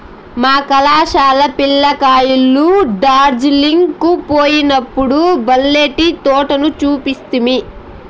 మా కళాశాల పిల్ల కాయలు డార్జిలింగ్ కు పోయినప్పుడు బల్లే టీ తోటలు చూస్తిమి